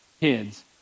kids